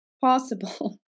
possible